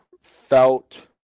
felt